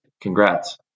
congrats